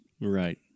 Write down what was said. Right